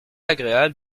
agréable